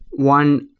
one,